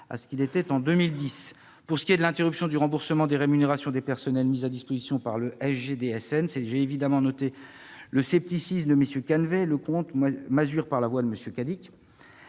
à ce qu'il était en 2010. Pour ce qui est de l'interruption du remboursement des rémunérations des personnels mis à disposition du SGDSN, j'ai évidemment noté le scepticisme de MM. Canevet et Leconte ; s'y ajoutent les